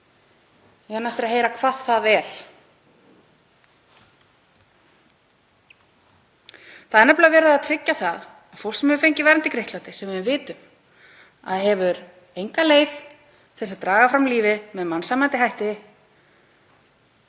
eigum eftir að heyra hvað það er. Það er nefnilega verið að tryggja að fólk sem hefur fengið vernd í Grikklandi, sem við vitum að hefur enga leið til að draga fram lífið með mannsæmandi hætti,